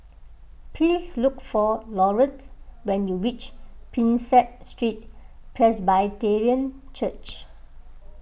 please look for Laurette when you reach Prinsep Street Presbyterian Church